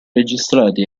registrati